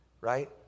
right